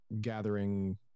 gathering